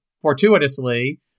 fortuitously